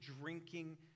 drinking